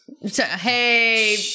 Hey